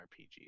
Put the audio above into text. RPGs